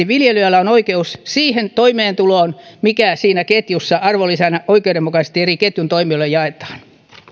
viljelijöillä on oikeus siihen toimeentuloon mikä siinä ketjussa arvonlisänä oikeudenmukaisesti ketjun eri toimijoille jaetaan se